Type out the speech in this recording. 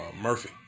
Murphy